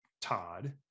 Todd